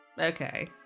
okay